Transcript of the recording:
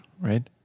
right